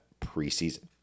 preseason